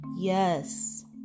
Yes